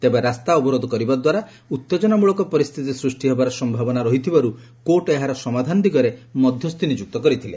ତେବେ ରାସ୍ତା ଅବରୋଧ କରିବାଦ୍ୱାରା ଉତ୍ତେଜନାମୂଳକ ପରିସ୍ଥିତି ସୃଷ୍ଟି ହେବାର ସମ୍ଭାବନା ରହିଥିବାରୁ କୋର୍ଟ ଏହାର ସମାଧାନ ଦିଗରେ ମଧ୍ୟସ୍ଥି ନିଯୁକ୍ତି କରିଥିଲେ